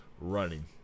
running